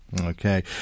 Okay